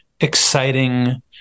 exciting